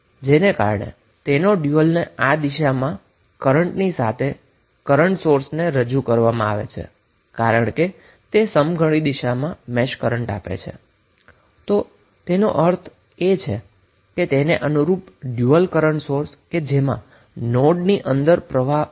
તેને કારણે તેના ડયુઅલને આ દિશામાં કરન્ટની સાથે કરન્ટ સોર્સ તરીકે રજૂ કરવામાં આવે છે કારણ કે જો તે ક્લોકવાઈઝ દિશામાં મેશને કરન્ટ આપે છે તો તેનો અર્થ એ છે કે તેને અનુરૂપ ડયુઅલ કરન્ટ સોર્સમાં નોડની અંદર કરંટ વહેશે